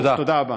תודה רבה.